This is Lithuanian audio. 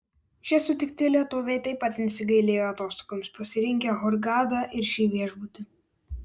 čia sutikti lietuviai taip pat nesigailėjo atostogoms pasirinkę hurgadą ir šį viešbutį